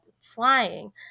flying